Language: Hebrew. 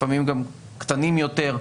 לפעמים גם קטנים יותר,